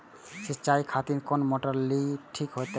सीचाई खातिर कोन मोटर ठीक होते?